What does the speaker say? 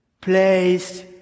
place